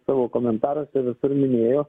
savo komentaruose visur minėjo